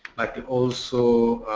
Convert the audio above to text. i could also,